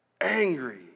Angry